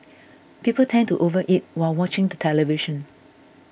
people tend to overeat while watching the television